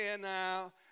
now